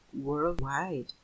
worldwide